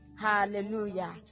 Hallelujah